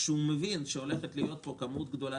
כשהוא מבין שהולכת להיות פה כמות גדולה